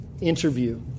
interview